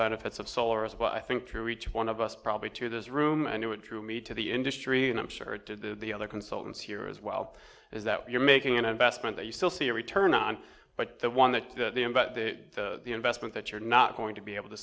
benefits of solar as well i think through each one of us probably to this room and what drew me to the industry and i'm sure did the other consultants here as well is that you're making an investment that you still see a return on but the one that the about that the investment that you're not going to be able to